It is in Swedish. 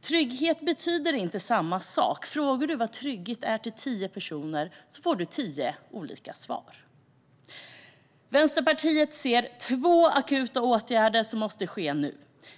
Trygghet betyder inte samma sak för alla. Frågar du tio personer vad trygghet är får du tio olika svar. Vänsterpartiet ser två akuta åtgärder som måste ske nu.